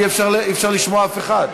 אי-אפשר לשמוע אף אחד.